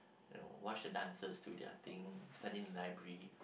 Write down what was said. you know watch the dancers do their thing study in library